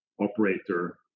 operator